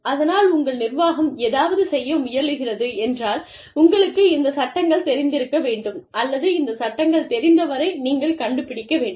அதனால் உங்கள் நிர்வாகம் ஏதாவது செய்ய முயல்கிறது என்றால் உங்களுக்கு இந்த சட்டங்கள் தெரிந்திருக்க வேண்டும் அல்லது இந்த சட்டங்கள் தெரிந்தவரை நீங்கள் கண்டுபிடிக்க வேண்டும்